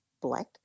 black